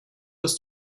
dass